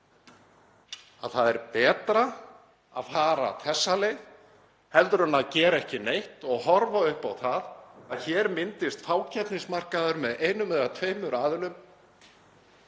að það er betra að fara þessa leið heldur en að gera ekki neitt og horfa upp á það að hér myndist fákeppnismarkaður með einum eða tveimur aðilum